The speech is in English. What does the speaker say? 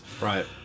Right